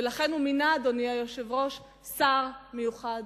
ולכן הוא מינה, אדוני היושב-ראש, שר מיוחד